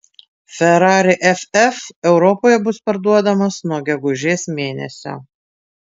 ferrari ff europoje bus parduodamas nuo gegužės mėnesio